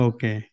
Okay